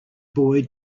boy